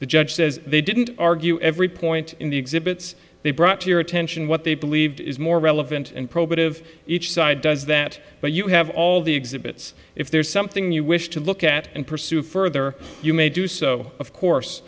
the judge says they didn't argue every point in the exhibits they brought to your attention what they believed is more relevant and probative each side does that but you have all the exhibits if there is something you wish to look at and pursue further you may do so of course